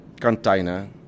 container